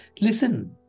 Listen